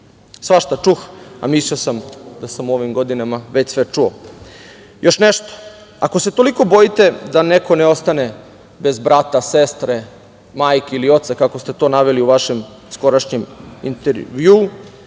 Svašta čuh, a mislio sam u ovim godinama sve čuo. Još nešto, ako se toliko bojite da neko ne ostane bez brata, sestre, majke ili oca, kako ste to naveli u vašim skorašnjim intervjuima,